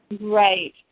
Right